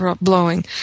blowing